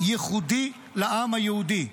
ייחודי לעם היהודי,